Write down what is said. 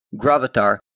Gravatar